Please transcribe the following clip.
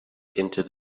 into